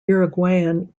uruguayan